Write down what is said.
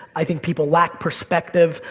i think people lack perspective,